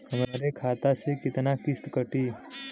हमरे खाता से कितना किस्त कटी?